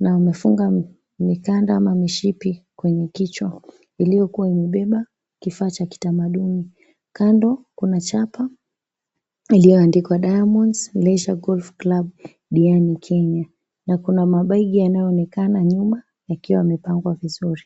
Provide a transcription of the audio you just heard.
na wamefunga mikanda ama mishipi kwenye kichwa iliyokuwa imebeba kifaa cha kitamaduni kando kuna chapa iliyoandikwa, Diamonds Leisure Golf Club Diani Kenya na kuna mabegi yanaonekana nyuma yakiwa yamepangwa vizuri.